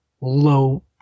low